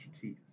teeth